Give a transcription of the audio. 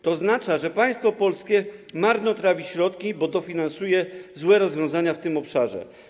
To oznacza, że polskie państwo marnotrawi środki, bo finansuje złe rozwiązania w tym obszarze.